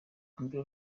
amber